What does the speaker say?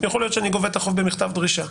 יכול להיות שאני גובה את החוב במכתב דרישה.